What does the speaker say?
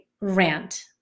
rant